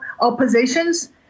oppositions